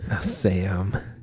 sam